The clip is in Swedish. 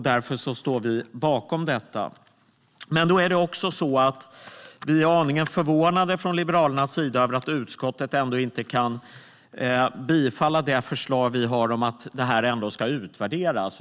Därför står vi bakom detta. Vi i Liberalerna är dock aningen förvånade över att utskottet inte kan tillstyrka det förslag som vi har lagt fram om att det här ska utvärderas.